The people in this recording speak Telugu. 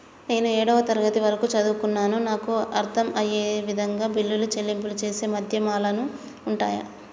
నేను ఏడవ తరగతి వరకు చదువుకున్నాను నాకు అర్దం అయ్యే విధంగా బిల్లుల చెల్లింపు చేసే మాధ్యమాలు ఉంటయా?